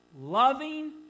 loving